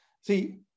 see